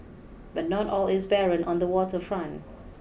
but not all is barren on the water front